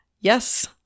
Yes